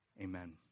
amen